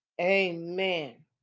Amen